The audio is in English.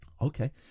okay